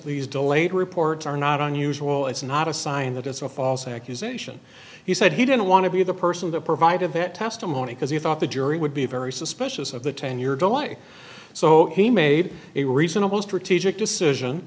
these delayed reports are not unusual it's not a sign that it's a false accusation he said he didn't want to be the person that provided it testimony because he thought the jury would be very suspicious of the ten year delay so he made a reasonable strategic decision